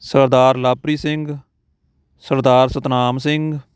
Sardar Lovepreet Singh Sardar Satnam Singh